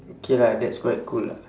okay lah that's quite cool lah